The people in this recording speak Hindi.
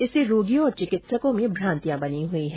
इससे रोगियों और चिकित्सकों में भ्रांतियां बनी हुई है